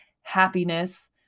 happiness